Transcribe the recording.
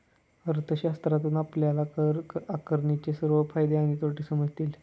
अर्थशास्त्रातून आपल्याला कर आकारणीचे सर्व फायदे आणि तोटे समजतील